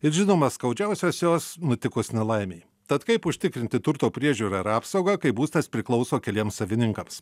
ir žinoma skaudžiausios jos nutikus nelaimei tad kaip užtikrinti turto priežiūrą ir apsaugą kai būstas priklauso keliems savininkams